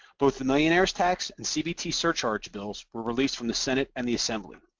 both the millionaire's tax and cbt surcharge bills were released from the senate and the assembly.